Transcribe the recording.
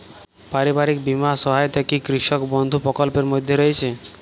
পারিবারিক বীমা সহায়তা কি কৃষক বন্ধু প্রকল্পের মধ্যে রয়েছে?